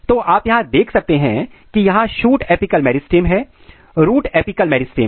तो आप यहां देख सकते हैं की यहां शूट अपिकल मेरिस्टम है रूट अपिकल मेरिस्टम है